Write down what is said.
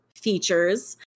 features